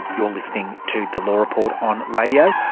you're listening to the law report on radio,